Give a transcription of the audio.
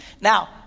Now